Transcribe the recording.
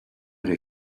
they